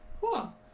Cool